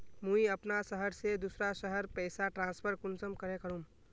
मुई अपना शहर से दूसरा शहर पैसा ट्रांसफर कुंसम करे करूम?